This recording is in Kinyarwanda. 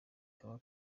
kaba